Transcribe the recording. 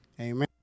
Amen